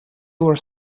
were